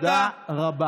תודה רבה.